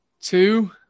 two